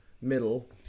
middle